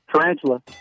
Tarantula